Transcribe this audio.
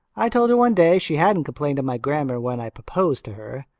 i told her one day she hadn't complained of my grammar when i proposed to her.